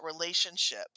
relationship